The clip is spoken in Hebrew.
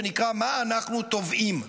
שנקרא "מה אנחנו תובעים",